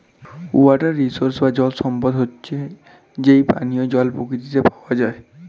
water resource বা জল সম্পদ হচ্ছে যেই পানিও জল প্রকৃতিতে পাওয়া যায়